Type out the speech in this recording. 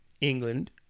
England